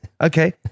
Okay